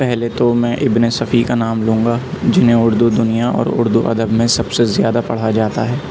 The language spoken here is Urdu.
پہلے تو میں ابن صفی کا نام لوں گا جنہیں اردو دنیا اور اردو ادب میں سب سے زیادہ پڑھا جاتا ہے